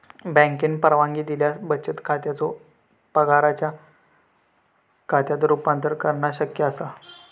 बँकेन परवानगी दिल्यास बचत खात्याचो पगाराच्यो खात्यात रूपांतर करणा शक्य असा